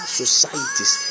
societies